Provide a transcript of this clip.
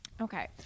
Okay